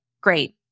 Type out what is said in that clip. great